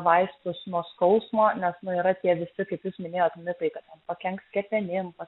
vaistus nuo skausmo nes na yra tie visi kiti minėjot mitai kad pakenks kepenims